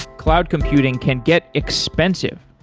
cloud computing can get expensive.